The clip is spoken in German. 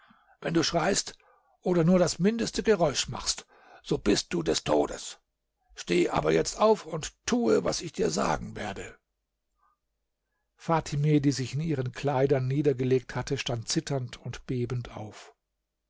wenn du schreist oder nur das mindeste geräusch machst so bist du des todes steh aber jetzt auf und tue was ich dir sagen werde fatime die sich in ihren kleidern niedergelegt hatte stand zitternd und bebend auf